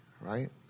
right